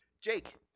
jake